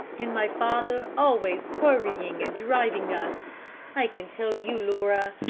and my father always hurrying and driving us i can tell you, laura,